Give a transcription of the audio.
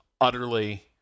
utterly